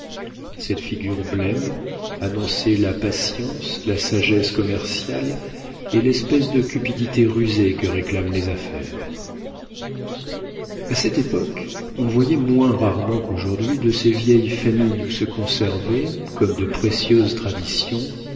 cette figure blême annonçait la patience la sagesse commerciale et l'espèce de cupidité rusée que réclament les affaires a cette époque on voyait moins rarement qu'aujourd'hui de ces vieilles familles où se conservaient comme de précieuses traditions